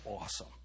awesome